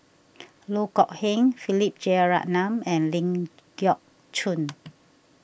Loh Kok Heng Philip Jeyaretnam and Ling Geok Choon